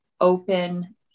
open